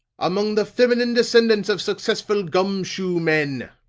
among the feminine descendants of successful gum shoe men!